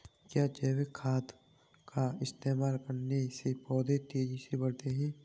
क्या जैविक खाद का इस्तेमाल करने से पौधे तेजी से बढ़ते हैं?